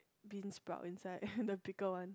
bean sprout inside the pickle one